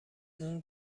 اون